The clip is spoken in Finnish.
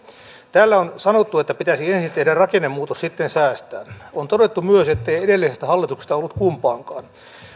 täällä on sanottu että pitäisi ensin tehdä rakennemuutos sitten säästää on todettu myös että ei edellisestä hallituksesta ollut kumpaankaan